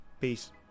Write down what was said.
Peace